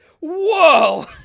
whoa